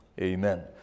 amen